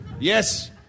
Yes